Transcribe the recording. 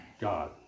God